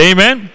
Amen